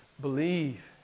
believe